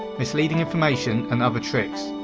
misleading information and other tricks.